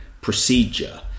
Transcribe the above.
procedure